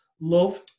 loved